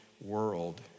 world